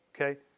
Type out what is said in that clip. Okay